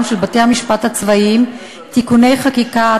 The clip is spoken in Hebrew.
של בתי-המשפט הצבאיים (תיקוני חקיקה),